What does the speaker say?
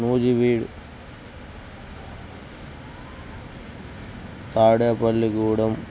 Nuzvid Tadepalli Gudem